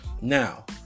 now